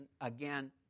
again